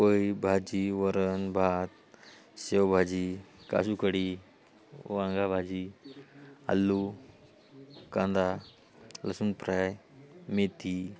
पोळी भाजी वरण भात शेवभाजी काजू कढी वांगे भाजी आलू कांदा लसून फ्राय मेथी